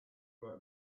were